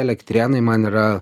elektrėnai man yra